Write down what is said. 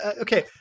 Okay